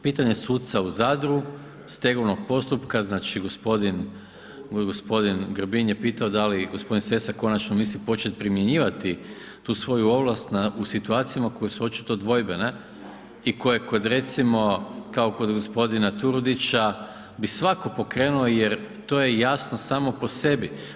Pitanje suca u Zadru, stegovnog postupka, znači g. Grbin je pitao da li g. Sessa konačno misli početi primjenjivati tu svoju ovlast u situacijama koje su očito dvojbene i koje kod recimo, kao kod g. Turudića bi svatko pokrenuo jer to je jasno samo po sebi.